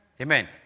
Amen